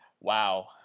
Wow